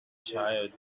child